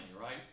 right